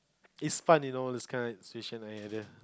it's fun you know this kind situation and idea